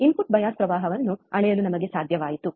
input bias ಪ್ರವಾಹವನ್ನು ಅಳೆಯಲು ನಮಗೆ ಸಾಧ್ಯವಾಯಿತು